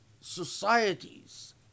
societies